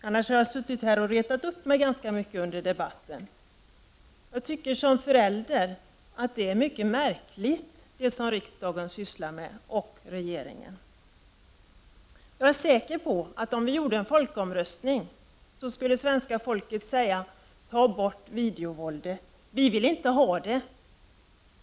Annars har jag suttit här och retat upp mig ganska mycket under debatten. Som förälder tycker jag att det som riksdagen och regeringen sysslar med är mycket märkligt. Jag är säker på att svenska folket i en folkomröstning skulle säga: Ta bort videovåldet! Vi vill inte ha det!